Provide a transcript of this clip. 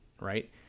right